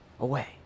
away